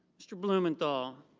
mr. blumenthal.